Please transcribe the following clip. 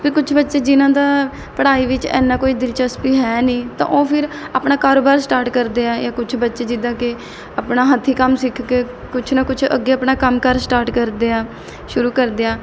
ਅਤੇ ਕੁਛ ਬੱਚੇ ਜਿਨ੍ਹਾਂ ਦਾ ਪੜ੍ਹਾਈ ਵਿੱਚ ਇੰਨਾ ਕੋਈ ਦਿਲਚਸਪੀ ਹੈ ਨਹੀਂ ਤਾਂ ਉਹ ਫਿਰ ਆਪਣਾ ਕਾਰੋਬਾਰ ਸਟਾਰਟ ਕਰਦੇ ਹੈ ਜਾਂ ਕੁਛ ਬੱਚੇ ਜਿੱਦਾਂ ਕਿ ਆਪਣਾ ਹੱਥੀਂ ਕੰਮ ਸਿੱਖ ਕੇ ਕੁਛ ਨਾ ਕੁਛ ਅੱਗੇ ਆਪਣਾ ਕੰਮ ਕਾਰ ਸਟਾਰਟ ਕਰਦੇ ਆ ਸ਼ੁਰੂ ਕਰਦੇ ਆ